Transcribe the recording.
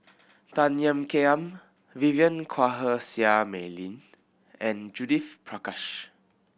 Tan Ean Kiam Vivien Quahe Seah Mei Lin and Judith Prakash